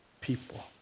People